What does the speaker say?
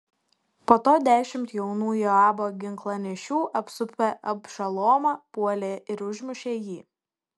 po to dešimt jaunų joabo ginklanešių apsupę abšalomą puolė ir užmušė jį